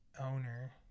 owner